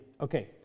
Okay